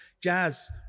Jazz